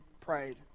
prayed